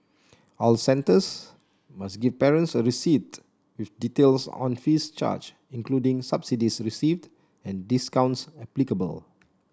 all centres must give parents a receipt with details on fees charge including subsidies received and discounts applicable